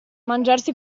mangiarsi